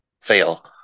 fail